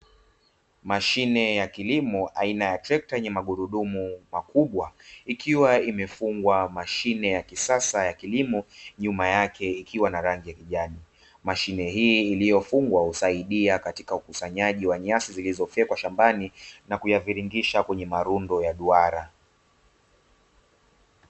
Mashine ya kilimo aina ya trekta yenye magurudumu makubwa, ikiwa imefungwa mashine ya kisasa ya kilimo, nyuma yake ikiwa na rangi ya kijani; mashine hii iliyofungwa husaidia katika ukusanyaji wa nyasi zilizofyekwa shambani, na kuyaviringisha kwenye marundo ya duara.